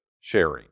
sharing